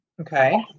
Okay